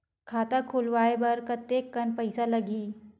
खाता खुलवाय बर कतेकन पईसा लगही?